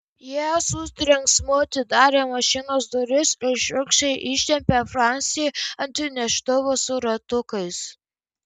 jie su trenksmu atidarė mašinos duris ir šiurkščiai ištempė francį ant neštuvų su ratukais